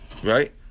Right